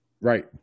Right